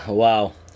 wow